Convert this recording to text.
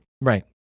Right